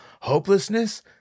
hopelessness